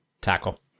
Tackle